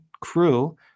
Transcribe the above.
crew